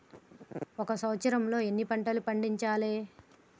ఒక సంవత్సరంలో ఎన్ని పంటలు పండించాలే?